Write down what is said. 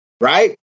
Right